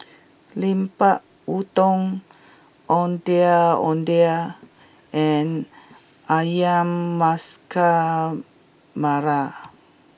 Lemper Udang Ondeh Ondeh and Ayam Masak Merah